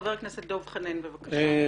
חבר הכנסת דב חנין, בבקשה.